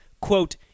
quote